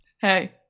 Hey